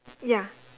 ya